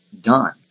done